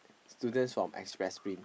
students from express stream